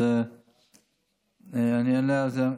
אז אני אענה גם על זה.